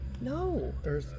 No